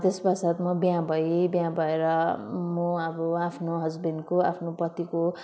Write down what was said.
त्यसपश्चात म बिहे भएँ बिहे भएर म अब आफ्नो हस्बेन्डको आफ्नो पतिको